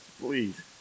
please